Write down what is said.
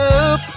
up